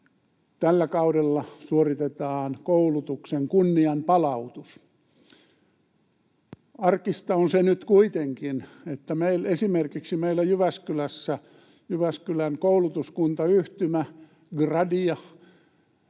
tällä kaudella suoritetaan koulutuksen kunnianpalautus. Arkista on nyt kuitenkin se, että esimerkiksi meillä Jyväskylässä Jyväskylän koulutuskuntayhtymä Gradia